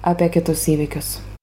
apie kitus įvykius